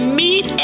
meet